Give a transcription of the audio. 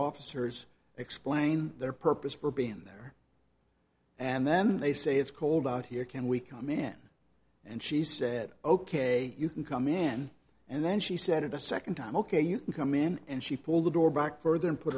officers explain their purpose for being there and then they say it's cold out here can we come in and she said ok you can come in and then she said it a second time ok you come in and she pulled the door back further and put